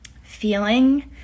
feeling